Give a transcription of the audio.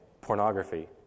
pornography